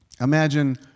Imagine